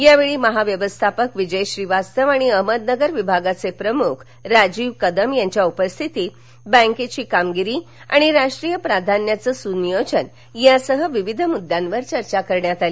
या वेळी महाव्यवस्थापक विजय श्रीवास्तव आणि अहमदनगर विभागाचे प्रमुख राजीव कदम यांच्या उपस्थितीत बँकेची कामगिरी आणि राष्ट्रीय प्राधान्याचे सुनियोजन यासह विविध मुद्द्यांवर चर्चा करण्यात आली